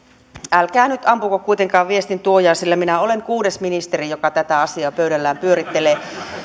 älkää nyt kuitenkaan ampuko viestintuojaa sillä minä olen kuudes ministeri joka tätä asiaa pöydällään pyörittelee